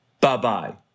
bye-bye